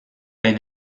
hain